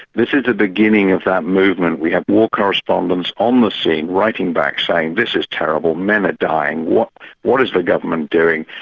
this is the beginning of that movement. we had war correspondents on the scene, writing back, saying this is terrible, men are dying, what what is the government doing,